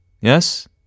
Yes